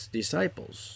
disciples